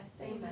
Amen